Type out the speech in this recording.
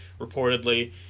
reportedly